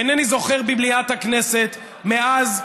אינני זוכר במליאת הכנסת מאז,